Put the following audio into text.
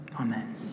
Amen